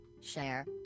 share